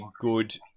good